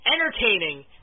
entertaining